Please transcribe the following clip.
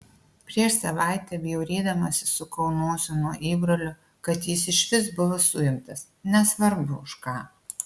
prieš savaitę bjaurėdamasi sukau nosį nuo įbrolio kad jis išvis buvo suimtas nesvarbu už ką